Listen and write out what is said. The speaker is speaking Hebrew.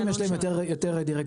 יש יותר דירקטורים.